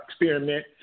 experiment